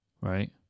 Right